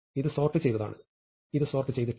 ഇത് സോർട്ട് ചെയ്തതാണ് ഇത് സോർട്ട് ചെയ്തിട്ടില്ല